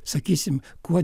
sakysim kuo